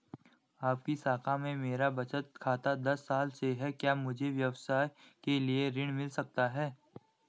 आपकी शाखा में मेरा बचत खाता दस साल से है क्या मुझे व्यवसाय के लिए ऋण मिल सकता है?